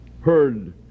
heard